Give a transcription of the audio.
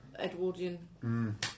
Edwardian